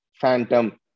phantom